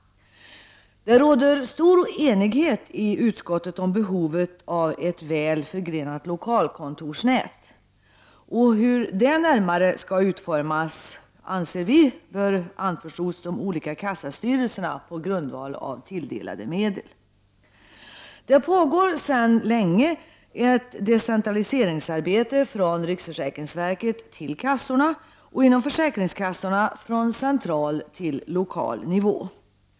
Det råder stor enighet i utskottet om behovet av ett väl förgrenat lokalkontorsnät. Hur det närmare skall utformas anser vi bör anförtros de olika försäkringskassestyrelserna på grundval av tilldelade medel. Det pågår sedan länge ett arbete med decentralisering från riksförsäkringsverket till kassorna och decentralisering inom försäkringskassorna från central till lokal nivå.